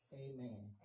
Amen